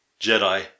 Jedi